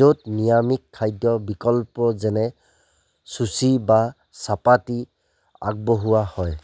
য'ত নিৰামিষ খাদ্যৰ বিকল্প যেনে ছুচি বা চাপাতী আগবঢ়োৱা হয়